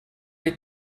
les